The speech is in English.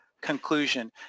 conclusion